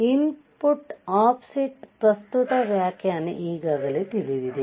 input offset ಪ್ರಸ್ತುತ ವ್ಯಾಖ್ಯಾನ ಈಗಾಗಲೇ ತಿಳಿದಿದೆ